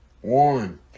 one